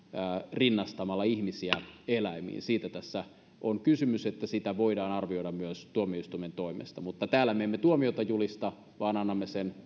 rinnastamalla ihmisiä eläimiin siitä tässä on kysymys että sitä voidaan arvioida myös tuomioistuimen toimesta mutta täällä me emme tuomiota julista vaan annamme sen